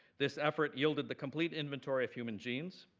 this effort yielded the complete inventory of human genes,